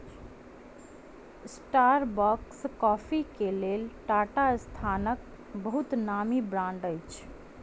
Starbucks coffee के लेल टाटा संस्थानक बहुत नामी ब्रांड अछि